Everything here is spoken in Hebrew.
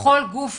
לכל גוף